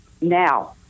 now